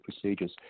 procedures